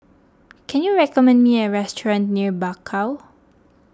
can you recommend me a restaurant near Bakau